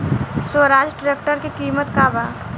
Swaraj tractor के किमत का बा?